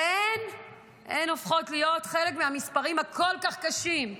והן הופכות להיות חלק מהמספרים הכול כך קשים.